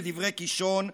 לדברי קישון,